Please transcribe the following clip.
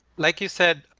like you said,